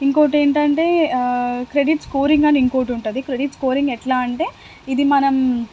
ఇంకోకటి ఏంటంటే credit scoring అని ఇంకోటి ఉంటుంది క్రెడిట్ స్కోరింగ్ ఎలా అంటే ఇది మనం